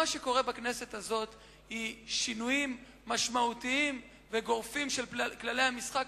מה שקורה בכנסת הזאת זה שינויים משמעותיים וגורפים של כללי המשחק,